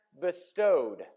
bestowed